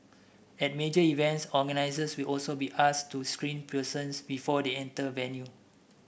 at major events organisers will also be asked to screen persons before they enter venue